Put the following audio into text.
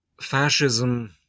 fascism